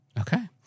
Okay